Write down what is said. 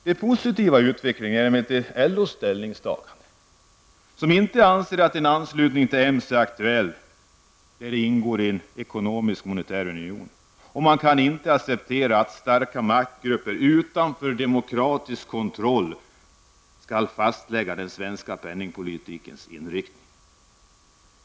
Den positiva utvecklingen är LOs ställningstagande, som går ut på att man inte anser att en anslutning till EMS, en ekonomisk monetär union, är aktuell och att man inte kan acceptera att starka maktgrupper utanför demokratisk kontroll skall fastlägga den svenska penningpolitikens inriktning.